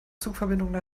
zugverbindungen